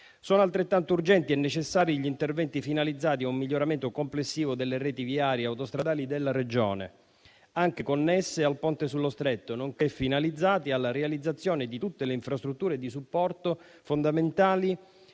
Sono altrettanto urgenti e necessari gli interventi finalizzati a un miglioramento complessivo delle reti viarie e autostradali della Regione, anche connesse al ponte sullo Stretto, nonché finalizzati alla realizzazione di tutte le infrastrutture di supporto fondamentali